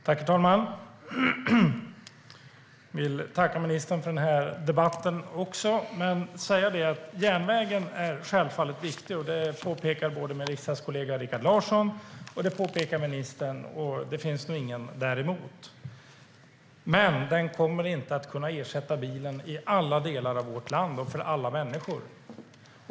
Herr talman! Jag vill tacka ministern för den här debatten också men säga att järnvägen självfallet är viktig - det påpekar ministerns kollega Rikard Larsson och ministern, och det finns nog ingen som säger emot - men den kommer inte att kunna ersätta bilen i alla delar av vårt land och för alla människor.